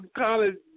college